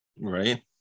Right